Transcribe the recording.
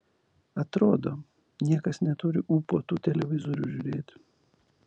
atrodo niekas neturi ūpo tų televizorių žiūrėti